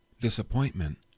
disappointment